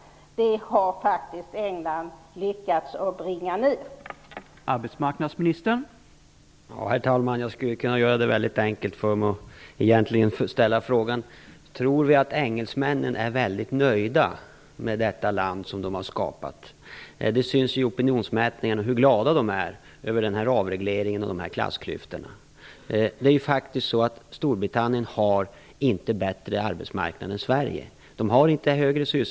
England har faktiskt lyckats att bringa ned sin arbetslöshet.